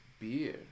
beer